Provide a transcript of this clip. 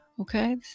Okay